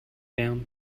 down